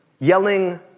yelling